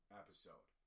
episode